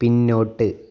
പിന്നോട്ട്